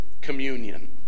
communion